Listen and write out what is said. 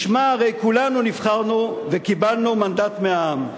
לשמה הרי כולנו נבחרנו, וקיבלנו מנדט מהעם.